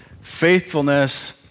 Faithfulness